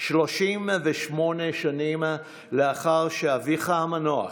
38 שנים לאחר שאביך המנוח,